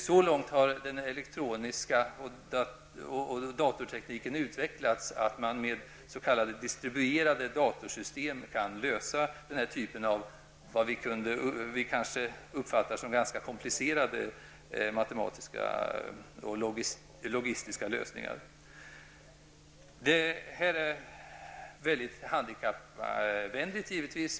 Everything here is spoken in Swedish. Så långt har den elektroniska tekniken och datortekniken utvecklats att man med s.k. distribuerade datorsystem kan lösa den här typen av vad vi kanske uppfattar som ganska komplicerade matematiska och logistiska lösningar. Systemet är givetvis mycket handikappvänligt.